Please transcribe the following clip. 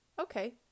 Okay